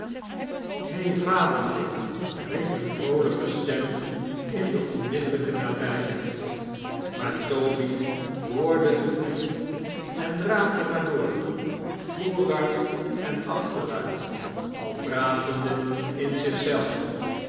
riep een vroolijke stem in de onmiddellijke nabijheid maar toby hoorde t niet en draafde maar door vooruit en achteruit al pratende in